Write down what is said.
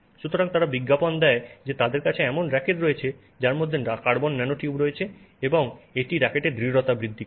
সুতরাং তারা বিজ্ঞাপন দেয় যে তাদের কাছে এমন রাকেট রয়েছে যার মধ্যে কার্বন ন্যানোটিউব রয়েছে এবং এটি রাকেটের দৃঢ়তা বৃদ্ধি করেছে